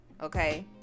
Okay